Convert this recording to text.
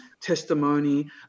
testimony